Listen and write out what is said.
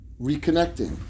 reconnecting